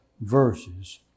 verses